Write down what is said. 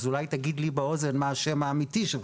אז אולי תגיד לי באוזן מה השם האמיתי שלך..".